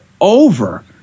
over